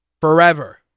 forever